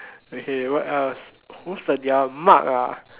okay what else who's the that one Mark ah